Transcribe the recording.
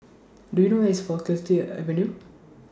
Do YOU know Where IS Faculty Avenue